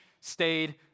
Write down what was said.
stayed